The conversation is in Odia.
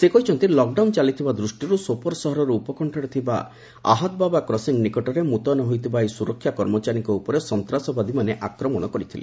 ସେ କହିଛନ୍ତି ଲକଡାଉନ୍ ଚାଲିଥିବା ଦୃଷ୍ଟିରୁ ସୋପର ସହରର ଉପକଶ୍ଚରେ ଥିବା ଆହାଦବାବା କ୍ରସିଂ ନିକଟରେ ମୁତୟନ ହୋଇଥିବା ଏହି ସୁରକ୍ଷା କର୍ମଚାରୀଙ୍କ ଉପରେ ସନ୍ତାସବାଦୀମାନେ ଆକ୍ରମଣ କରିଥିଲେ